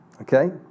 Okay